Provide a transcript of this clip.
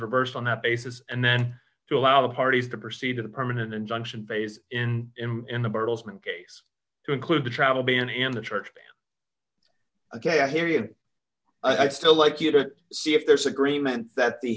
reversed on that basis and then to allow the parties to proceed with a permanent injunction phase in in the bertelsmann case to include the travel ban and the church again i hear you and i still like you to see if there's agreement that the